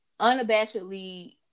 unabashedly